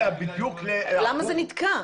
למה זה נתקע?